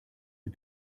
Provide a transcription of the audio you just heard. are